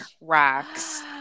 rocks